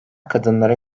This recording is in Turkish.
kadınlara